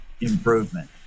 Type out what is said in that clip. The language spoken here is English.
improvement